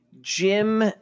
jim